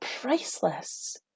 priceless